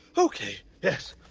ok. yes.